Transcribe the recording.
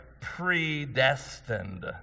predestined